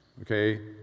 okay